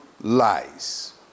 lies